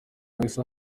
wahise